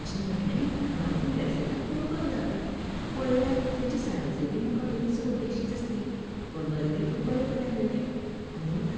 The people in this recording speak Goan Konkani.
अशें म्हटलें आनी हांव तीं बेडशीटां पळोवपाक लागलें पळयल्यार तेची सायज बी म्हाका बरीच व्हडली अशी दिसली कलरय बी खूब बरें बरें आसले आनीक